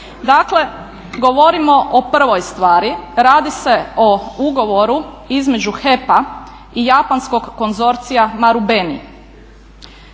Dakle, govorimo o prvoj stvari, radi se o ugovoru između HEP-a i japanskog konzorcija Marubeni.